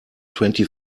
twenty